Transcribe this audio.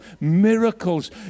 miracles